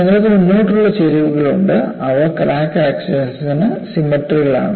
നിങ്ങൾക്ക് മുന്നോട്ടുള്ള ചരിവുകളുണ്ട് അവ ക്രാക്ക് ആക്സിസിനു സിമട്രികളാണ്